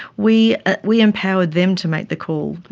we we empowered them to make the call.